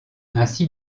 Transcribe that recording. ainsi